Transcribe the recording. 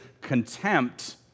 contempt